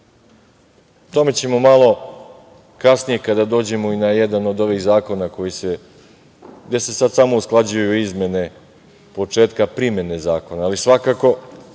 tome ćemo malo kasnije kada dođemo i na jedan od ovih zakona gde se sad samo usklađuju izmene početka primene zakona. Svakako